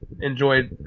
enjoyed